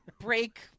break